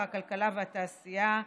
הכלכלה והתעשייה,